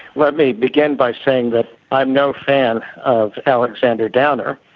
let me begin by saying that i'm no fan of alexander downer.